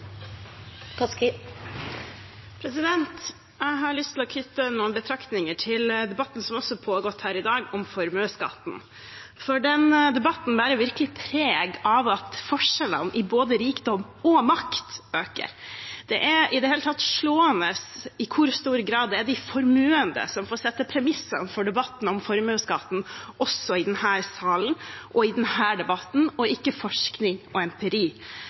Jeg har lyst til å knytte noen betraktninger til debatten som også har pågått her i dag om formuesskatten, for den debatten bærer virkelig preg av at forskjellene i både rikdom og makt øker. Det er i det hele tatt slående i hvor stor grad det er de formuende som får sette premissene for debatten om formuesskatten også i denne salen og i denne debatten, og ikke forskning og empiri.